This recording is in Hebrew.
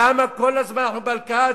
למה כל הזמן אנחנו בהלקאה עצמית?